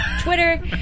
Twitter